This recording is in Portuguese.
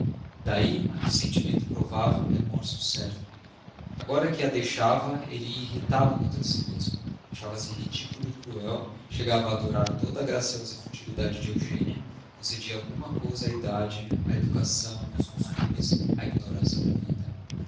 daí um dissentimento provável e um remorso certo agora que a deixava ia ele irritado contra si mesmo achava-se ridículo e cruel chegava a adorar toda a graciosa futilidade de eugênia concedia alguma coisa à idade à educação aos costumes à ignorância da vida